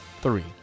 Three